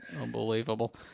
Unbelievable